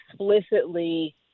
explicitly